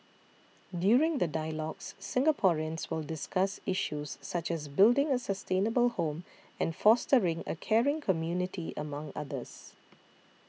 during the dialogues Singaporeans will discuss issues such as building a sustainable home and fostering a caring community among others